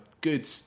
good